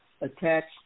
attached